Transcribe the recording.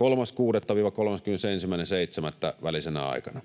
3.6.—31.7. välisenä aikana.